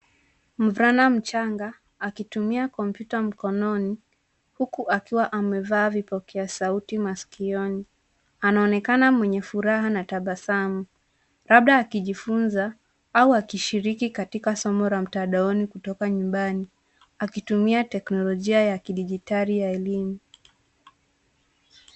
Mvulana mchanga akitumia kompyuta mkononi, huku akiwa amevaa vipokea sauti masikioni. Anaonekana mwenye furaha na tabasamu, labda akijifunza au akishiriki katika somo la mtandaoni kutoka nyumbani, akitumia teknolojia ya kidijitali ya elimu.